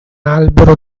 albero